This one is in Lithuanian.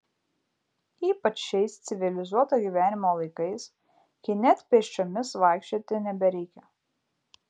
ypač šiais civilizuoto gyvenimo laikais kai net pėsčiomis vaikščioti nebereikia